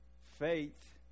faith